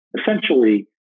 Essentially